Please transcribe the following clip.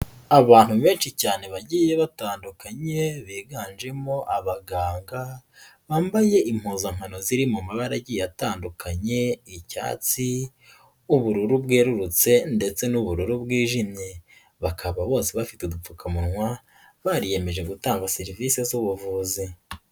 Abantu benshi cyane bagiye batandukanye, biganjemo abaganga, bambaye impuzankano ziri mu mabara agiye atandukanye, icyatsi, ubururu bwerurutse ndetse n'ubururu bwijimye. Bakaba bose bafite udupfukamunwa, bariyeyemeje gutanga serivisi z'ubuvuzi.